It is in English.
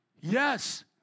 Yes